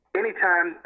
anytime